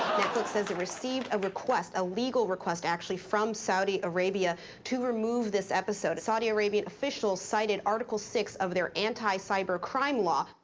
has ah received a request, a legal request actually from saudi arabia to remove this episode. saudi arabian officials cited article six of their anti-cybercrime law.